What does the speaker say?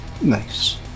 Nice